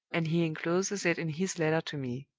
and he incloses it in his letter to me.